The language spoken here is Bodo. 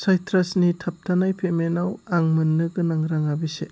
साइट्रासनि थाबथानाय पेमेन्टाव आं मोन्नो गोनां राङा बेसे